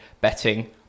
betting